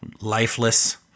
lifeless